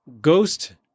Ghost